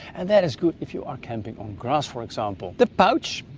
and that is good if you are camping on grass for example. the pouch.